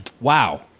wow